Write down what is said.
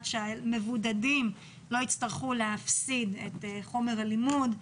שהמבודדים לא יצטרכו להפסיד את חומר הלימוד,